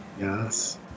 Yes